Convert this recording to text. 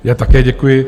Já také děkuji.